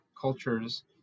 cultures